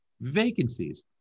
Vacancies